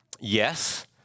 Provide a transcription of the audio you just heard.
Yes